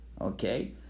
Okay